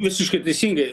visiškai teisingai